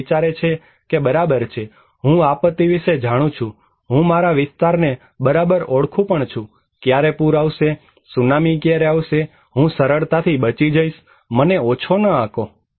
લોકો વિચારે છે કે બરાબર છે હું આપત્તિ વિશે જાણું છું હું મારા વિસ્તારને બરોબર ઓળખું પણ છું ક્યારે પુર આવશે સુનામી ક્યારે આવશે હું સરળતાથી બચી જઈશ મને ઓછો ન આંકો